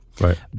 Right